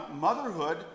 motherhood